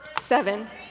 Seven